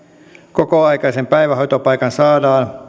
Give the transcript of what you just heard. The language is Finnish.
kokoaikaisen päivähoitopaikan saa